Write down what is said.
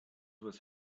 was